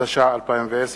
התש"ע 2010,